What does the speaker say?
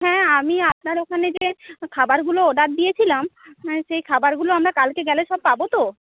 হ্যাঁ আমি আপনার ওখানে যে খাবারগুলো অর্ডার দিয়েছিলাম সেই খাবারগুলো আমরা কালকে গেলে সব পাব তো